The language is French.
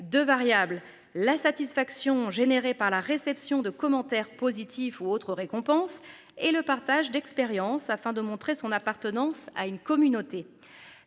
2 variables la satisfaction générés par la réception de commentaires positifs ou autres récompenses et le partage d'expérience afin de montrer son appartenance à une communauté,